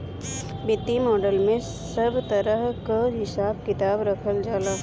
वित्तीय मॉडल में सब तरह कअ हिसाब किताब रखल जाला